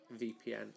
VPN